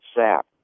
sap